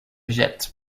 jette